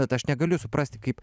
bet aš negaliu suprasti kaip